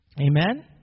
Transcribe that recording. Amen